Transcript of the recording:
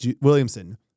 Williamson